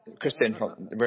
Kristen